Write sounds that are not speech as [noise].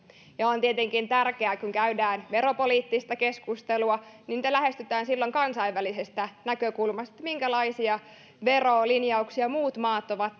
on tietenkin tärkeää että kun käydään veropoliittista keskustelua sitä lähestytään kansainvälisestä näkökulmasta minkälaisia verolinjauksia muut maat ovat [unintelligible]